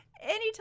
Anytime